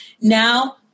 Now